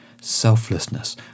selflessness